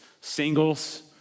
Singles